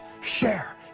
share